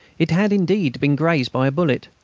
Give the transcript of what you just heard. it had indeed been grazed by a bullet.